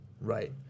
Right